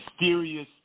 mysterious